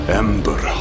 ember